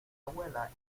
abuela